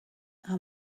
how